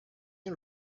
این